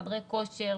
בחדרי כושר,